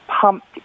pumped